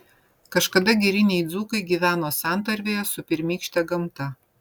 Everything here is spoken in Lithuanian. kažkada giriniai dzūkai gyveno santarvėje su pirmykšte gamta